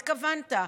התכוונת,